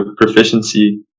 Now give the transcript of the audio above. proficiency